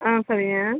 ஆ சரிங்க